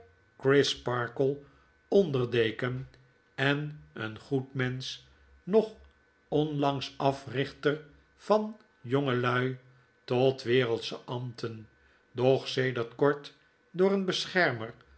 crisparkle onder deken en een goed mensch nog onlangs africhter van jongelui tot wereldsche ambten doch sedert kort door een beschermer